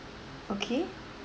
okay